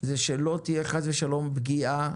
זה שלא תהיה חס ושלום פגיעה